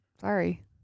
Sorry